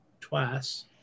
twice